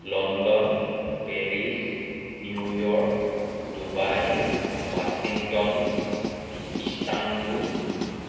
London Paris New York Dubai Washington দু Istanbul